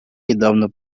недавно